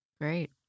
Great